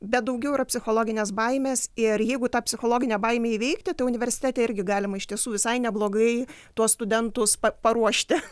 bet daugiau yra psichologinės baimės ir jeigu tą psichologinę baimę įveikti tai universitete irgi galima iš tiesų visai neblogai tuos studentus paruošti